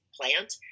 plant